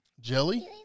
Jelly